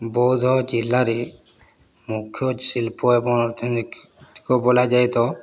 ବୌଦ୍ଧ ଜିଲ୍ଲାରେ ମୁଖ୍ୟ ଶିଳ୍ପ ଏବଂ ଅର୍ଥନୈ ତିକ ବୋଲାଯାଏ ତ